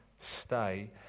stay